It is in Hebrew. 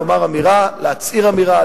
להצהיר אמירה,